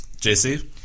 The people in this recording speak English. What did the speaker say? JC